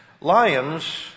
Lions